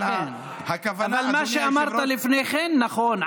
אבל מה שאמרת לפני כן נכון,